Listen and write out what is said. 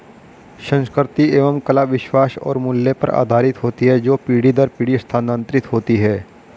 संस्कृति एवं कला विश्वास और मूल्य पर आधारित होती है जो पीढ़ी दर पीढ़ी स्थानांतरित होती हैं